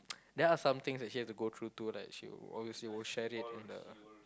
there are somethings that she have to go through to like she will always will share it in the